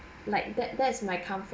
like that that is my comfort